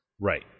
Right